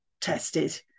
tested